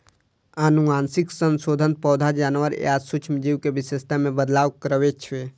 आनुवंशिक संशोधन पौधा, जानवर या सूक्ष्म जीव के विशेषता मे बदलाव करै छै